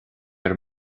bhur